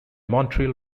montreal